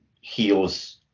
heals